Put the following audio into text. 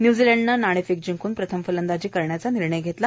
न्यूझीलंडनं नाणेफेक जिंकूण प्रथम फलंदाजी करण्याचा निर्णय घेतला